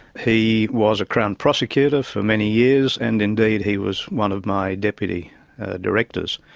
he was a crown prosecutor for many years and indeed he was one of my deputy directors,